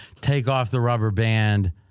take-off-the-rubber-band